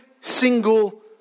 single